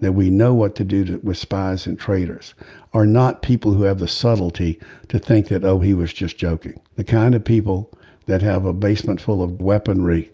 that we know what to do with spies and traders are not people who have the subtlety to think that oh he was just joking. the kind of people that have a basement full of weaponry.